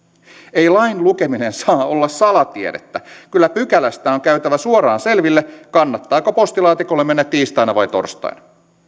ei lain lukeminen saa olla salatiedettä kyllä pykälästä on käytävä suoraan selville kannattaako postilaatikolle mennä tiistaina vai torstaina